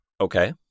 Okay